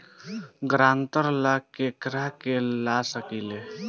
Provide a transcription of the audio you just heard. ग्रांतर ला केकरा के ला सकी ले?